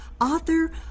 author